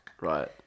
Right